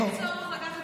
לא, הוא לא רוצה.